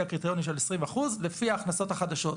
הקריטריונים של 20% לפי ההכנסות החדשות.